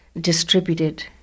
distributed